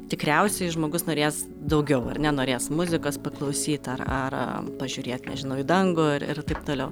tikriausiai žmogus norės daugiau ar ne norės muzikos paklausyt ar ar pažiūrėt nežinau į dangų ir ir taip toliau